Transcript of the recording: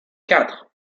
quatre